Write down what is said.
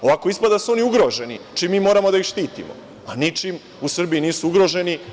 Ovako ispada da su oni ugroženi čim mi moramo da ih štitimo, a ničim u Srbiji nisu ugroženi.